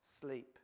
sleep